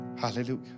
hallelujah